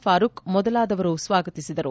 ಫಾರೂಖ್ ಮೊದಲಾದವರು ಸ್ವಾಗತಿಸಿದರು